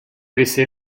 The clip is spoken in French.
laisser